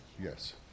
Yes